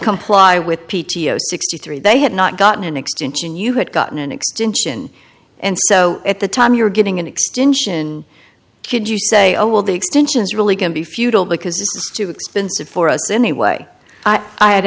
comply with p t o sixty three they had not gotten an extension you had gotten an extension and so at the time you're getting an extension could you say oh well the extensions really can be futile because it's too expensive for us anyway i had